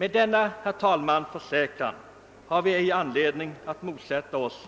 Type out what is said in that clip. Med denna försäkran, herr talman, har vi ej anledning motsätta oss